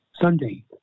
Sunday